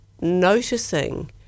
noticing